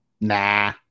Nah